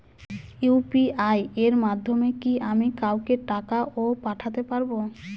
UPI এর মাধ্যমে কি আমি কাউকে টাকা ও পাঠাতে পারবো?